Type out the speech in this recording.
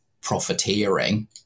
profiteering